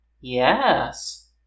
Yes